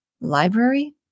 Library